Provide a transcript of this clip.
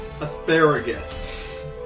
asparagus